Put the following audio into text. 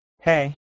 Hey